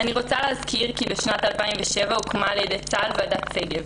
אני רוצה להזכיר כי בשנת 2007 הוקמה על ידי צה"ל ועדת שגב,